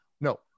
No